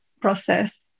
process